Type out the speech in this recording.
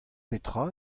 petra